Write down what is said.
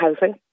Housing